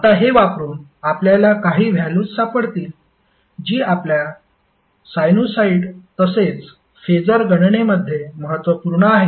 आता हे वापरुन आपल्याला काही व्हॅल्युस सापडतील जी आपल्या साइनुसॉईड तसेच फेसर गणनेमध्ये महत्त्वपूर्ण आहेत